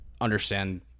understand